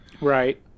Right